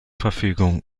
verfügung